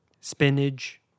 spinach